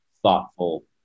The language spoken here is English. thoughtful